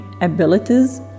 abilities